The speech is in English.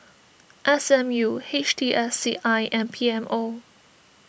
S M U H T S C I and P M O